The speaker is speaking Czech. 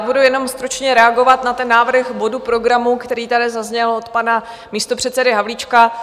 Budu jenom stručně reagovat na návrh bodu programu, který tady zazněl od pana místopředsedy Havlíčka.